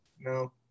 No